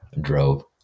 drove